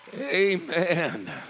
Amen